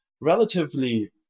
relatively